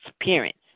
appearance